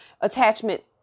attachment